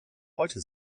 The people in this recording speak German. heute